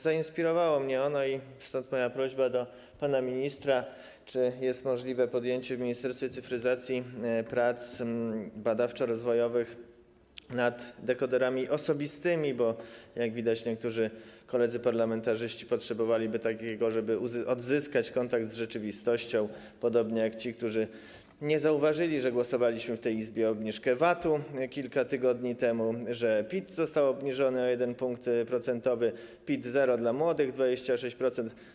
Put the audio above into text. Zainspirowało mnie ono i stąd moje pytanie do pana ministra, czy jest możliwe podjęcie w ministerstwie cyfryzacji prac badawczo-rozwojowych nad dekoderami osobistymi, bo jak widać, niektórzy koledzy parlamentarzyści potrzebowaliby takich, żeby odzyskać kontakt z rzeczywistością, podobnie jak ci, którzy nie zauważyli, że głosowaliśmy w tej Izbie za obniżką VAT-u kilka tygodni temu, że PIT został obniżony o 1 punkt procentowy, wprowadzony PIT-0 dla młodych do 26 lat.